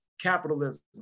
capitalism